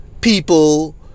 people